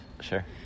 Sure